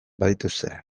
badituzte